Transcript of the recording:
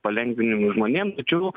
palengvinimui žmonėm tačiau